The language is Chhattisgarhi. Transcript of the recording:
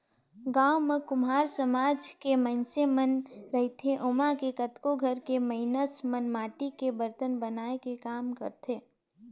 गाँव म कुम्हार समाज के मइनसे मन ह रहिथे ओमा के कतको घर के मइनस मन ह माटी के बरतन बनाए के काम करथे